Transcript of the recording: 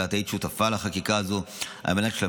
ואת היית שותפה לחקיקה הזו על מנת לשפר